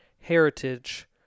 heritage